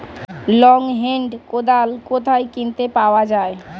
Long hand কোদাল কোথায় কিনতে পাওয়া যায়?